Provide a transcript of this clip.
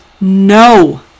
no